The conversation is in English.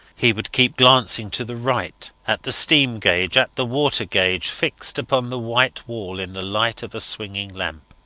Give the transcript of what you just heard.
he would keep glancing to the right at the steam-gauge, at the water-gauge, fixed upon the white wall in the light of a swaying lamp.